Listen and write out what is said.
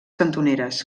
cantoneres